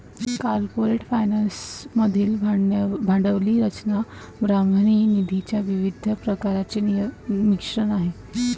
corporate finance मधील भांडवली रचना बाह्य निधीच्या विविध प्रकारांचे मिश्रण आहे